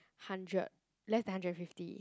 hundred less than hundred and fifty